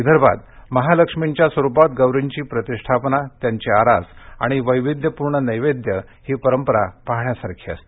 विदर्भात महालक्ष्मींच्या स्वरुपात गौरींची प्रतिष्ठापना त्यांची आरास आणि वैविध्यपूर्ण नैवेद्य ही परंपरा पाहण्यासारखी असते